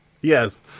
Yes